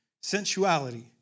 sensuality